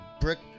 brick